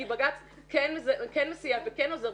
כי בג"ץ כן מסייע וכן עוזר.